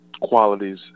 qualities